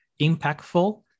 impactful